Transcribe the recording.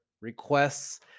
requests